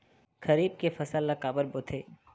खरीफ के फसल ला काबर बोथे?